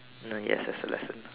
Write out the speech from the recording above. yes yes it's a lesson